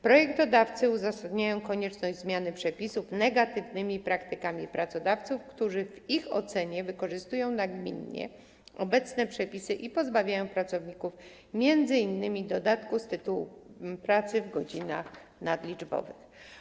Projektodawcy uzasadniają konieczność zmiany przepisów negatywnymi praktykami pracodawców, którzy w ich ocenie nagminnie wykorzystują obecne przepisy i pozbawiają pracowników m.in. dodatku z tytułu pracy w godzinach nadliczbowych.